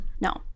no